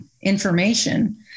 information